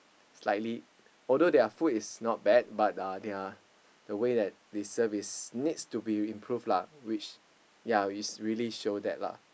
slightly although their food is not bad but uh their the way that they serve is needs to be improved lah which ya it's really show that lah